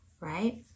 right